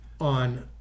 on